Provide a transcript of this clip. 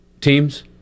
teams